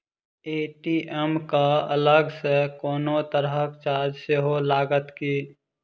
ATM केँ अलग सँ कोनो तरहक चार्ज सेहो लागत की?